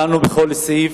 דנו בכל סעיף,